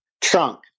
trunk